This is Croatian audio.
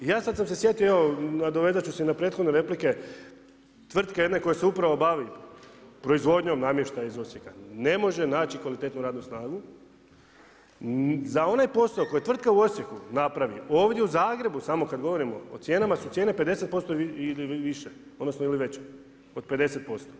I ja sam se sad sjetio, nadovezat ću se i na prethodne replike, tvrtka jedna koja se upravo bavi proizvodnjom namještaja iz Osijeka ne može naći kvalitetnu radnu snagu, za onaj posao koji tvrtka u Osijeku napravi, ovdje u Zagrebu samo kad govorimo o cijenama su cijene 50% odnosno ili veće od 50%